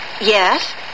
Yes